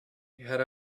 had